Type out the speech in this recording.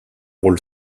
rôle